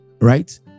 right